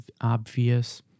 obvious